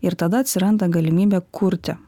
ir tada atsiranda galimybė kurti